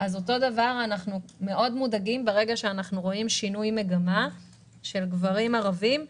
לכן אנחנו מודאגים מאוד כאשר אנחנו רואים שינוי מגמה של גברים ערבים.